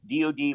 DOD